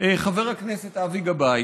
חבר הכנסת אבי גבאי,